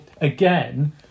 again